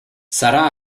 sarà